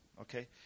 Okay